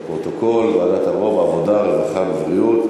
לפרוטוקול, ועדת ערו"ב, העבודה, הרווחה והבריאות.